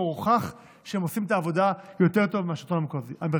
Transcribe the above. והוכח שהן עושות את העבודה יותר טוב מאשר השלטון המרכזי.